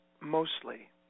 mostly